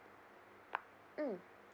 mm